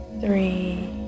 three